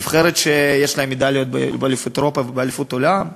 נבחרת שיש לה מדליות מאליפות אירופה ומאליפות עולם.